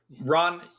ron